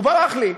הוא ברח לי.